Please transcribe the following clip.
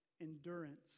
Endurance